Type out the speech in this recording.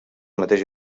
mateix